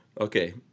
okay